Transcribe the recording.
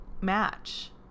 Match